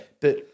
But-